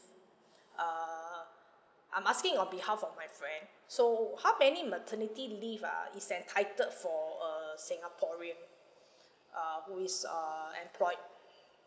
err I'm asking on behalf of my friend so how many maternity leave ah is entitled for a singaporean uh who is uh employed